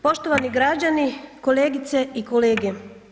Poštovani građani, kolegice i kolege.